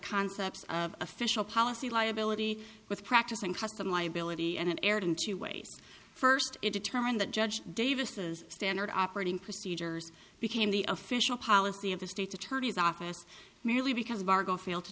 concepts of official policy liability with practice and custom liability and it aired in two ways first it determined that judge davis's standard operating procedures became the official policy of the state attorney's office merely because of our goal feel to